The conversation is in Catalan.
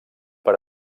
per